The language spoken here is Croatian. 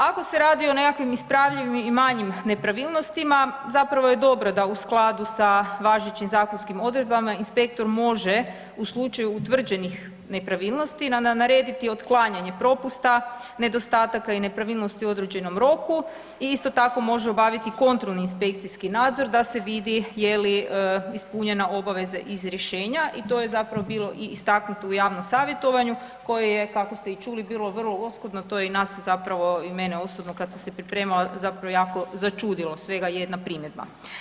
Ako se radi o nekakvim ispravljivim i manjim nepravilnostima, zapravo je dobro da u skladu sa važećim zakonskim odredbama inspektor može u slučaju utvrđenih nepravilnosti narediti otklanjanje propusta, nedostataka i nepravilnosti u određenom roku i isto tako može obaviti kontrolni inspekcijski nadzor da se vidi je li ispunjena obaveza iz rješenja i to je zapravo bilo i istaknuto u javnom savjetovanju koje je kako ste i čuli bilo vrlo oskudno, to je i nas zapravo i mene osobno kada sam se pripremala jako začudilo, svega jedna primjedba.